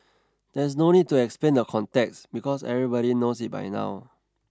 there's no need to explain the context because everybody knows it by now